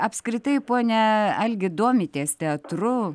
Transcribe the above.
apskritai pone algi domitės teatru